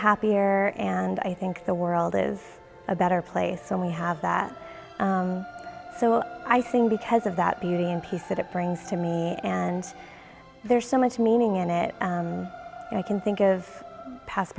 happier and i think the world is a better place and we have that so i think because of that beauty and peace that it brings to me and there's so much meaning in it i can think of past